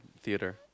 theater